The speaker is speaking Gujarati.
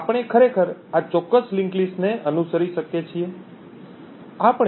આપણે ખરેખર આ ચોક્કસ લિંક્ડ લિસ્ટ ને અનુસરી શકીએ છીએ